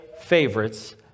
favorites